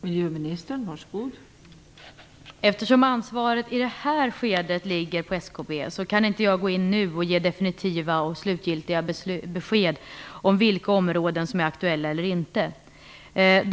Fru talman! Eftersom ansvaret i det här skedet ligger på SKB kan jag nu inte ge definitiva och slutgiltiga besked om vilka områden som är aktuella och vilka som inte är det.